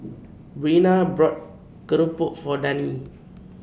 Breana bought Keropok For Dani